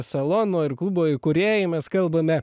salono ir klubo įkūrėjai mes kalbame